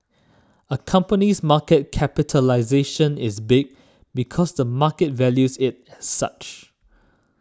a company's market capitalisation is big because the market values it as such